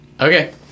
Okay